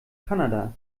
kanada